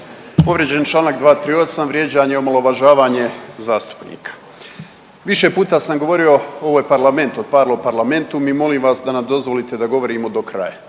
Povrijeđen je članak 238. vrijeđanje i omalovažavanje zastupnika. Više puta sam govorio ovo je parlament, od parlo, parlamentum i molim vas da nam dozvolite da govorimo do kraja.